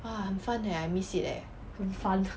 !wah! 很 fun eh I miss it eh